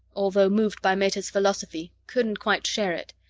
although moved by meta's philosophy, couldn't quite share it.